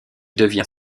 devient